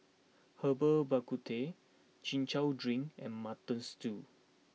Herbal Bak Ku Teh Chin Chow Drink and Mutton Stew